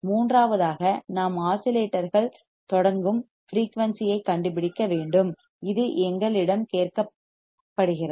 மூன்றாவதாக நாம் ஆஸிலேட்டர்கள் தொடங்கும் ஃபிரீயூன்சி ஐக் கண்டுபிடிக்க வேண்டும் இது எங்களிடம் கேட்கப்படுகிறது